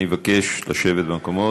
אני מבקש לשבת במקומות.